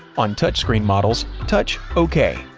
on touchscreen models, touch ok.